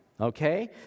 okay